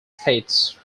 states